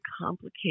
complicated